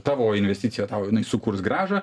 tavo investicija tau jinai sukurs grąžą